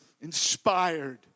inspired